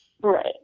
Right